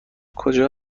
کجا